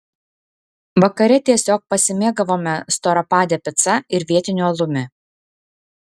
vakare tiesiog pasimėgavome storapade pica ir vietiniu alumi